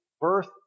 birth